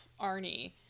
arnie